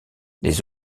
les